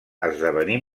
esdevenir